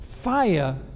fire